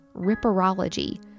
Ripperology